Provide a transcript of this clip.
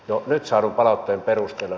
jo nyt saadun palautteen perusteella